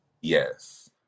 Yes